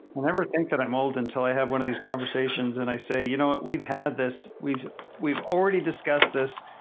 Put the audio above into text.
whenever i think that i'm old until i have one of these conversations, and i say, you know what? we've had this. we've we've already discussed this.